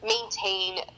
maintain